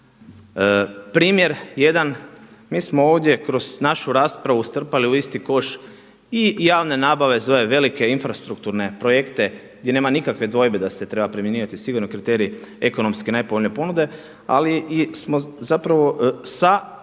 Primjer jedan, mi smo ovdje kroz našu raspravu strpali u isti koš i javne nabave za ove velike infrastrukturne projekte gdje nema nikakve dvojbe da se treba primjenjivati sigurni kriterij ekonomski najpovoljnije ponude, ali smo zapravo sa